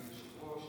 אדוני היושב-ראש,